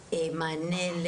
המשרדית.